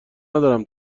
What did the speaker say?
ندارم